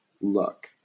look